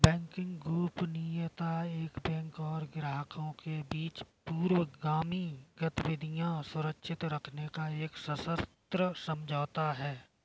banking गोपनीयता एक bank और ग्राहकों के बीच पूर्वगामी गतिविधियां सुरक्षित रखने का एक सशर्त समझौता है